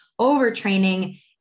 overtraining